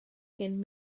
cyn